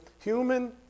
Human